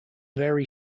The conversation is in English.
very